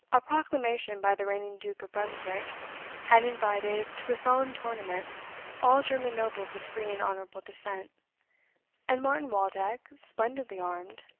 a proclamation by the reigning duke of brunswick had invited to a solemn tournament all german nobles of free and honourable descent and martin waldeck, splendidly armed,